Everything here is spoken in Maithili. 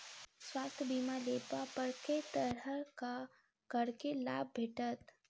स्वास्थ्य बीमा लेबा पर केँ तरहक करके लाभ भेटत?